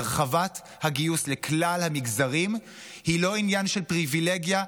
הרחבת הגיוס לכלל המגזרים היא לא עניין של פריבילגיה,